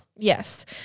Yes